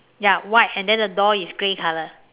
ya white and then the door is grey color